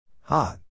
Hot